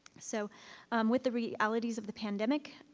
so with the realities of the pandemic,